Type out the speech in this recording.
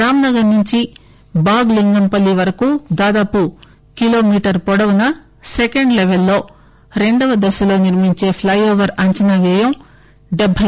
రాంనగర్ నుంచి బాగ్లింగంపల్లి వరకు దాదాపు కిలోమీటరు పొడవున సెకండ్ లెపెల్లో రెండో దశలో నిర్మించే ప్లెఓవర్ అంచనా వ్యయం రూ